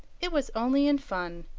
it was only in fun.